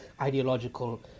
ideological